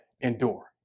endure